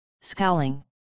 scowling